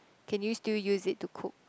can you still use it to cook